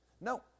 No